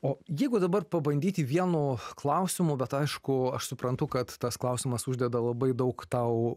o jeigu dabar pabandyti vienu klausimu bet aišku aš suprantu kad tas klausimas uždeda labai daug tau